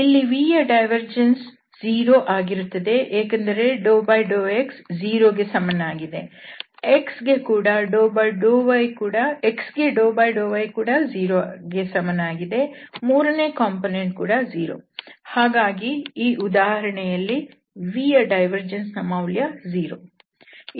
ಇಲ್ಲಿ vಯ ಡೈವರ್ಜೆನ್ಸ್ 0 ಆಗಿರುತ್ತದೆ ಯಾಕೆಂದರೆ δx 0 ಗೆ ಸಮನಾಗಿದೆ x ಗೆ δyಕೂಡ 0 ಗೆ ಸಮನಾಗಿದೆ ಮೂರನೇ ಕಂಪೋನೆಂಟ್ ಕೂಡ 0 ಹಾಗಾಗಿ ಈ ಉದಾಹರಣೆಯಲ್ಲಿ vಯ ಡೈವರ್ಜೆನ್ಸ್ ನ ಮೌಲ್ಯ 0